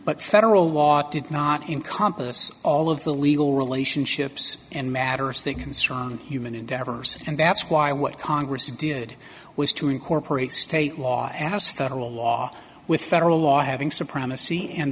but federal law did not in compas all of the legal relationships and matters that concern human endeavors and that's why what congress did was to incorporate state law as federal law with federal law having supremacy and